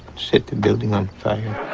set the building on fire